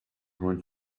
went